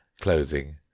clothing